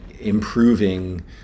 improving